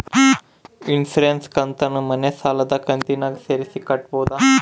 Insurance ಕಂತನ್ನ ಮನೆ ಸಾಲದ ಕಂತಿನಾಗ ಸೇರಿಸಿ ಕಟ್ಟಬೋದ?